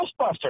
Ghostbusters